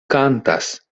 kantas